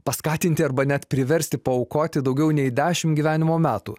paskatinti arba net priversti paaukoti daugiau nei dešim gyvenimo metų